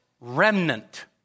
remnant